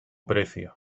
precio